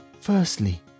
Firstly